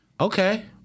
Okay